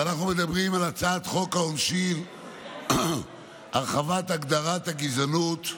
אז אנחנו מדברים על הצעת חוק העונשין (הרחבת הגדרת הגזענות),